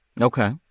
Okay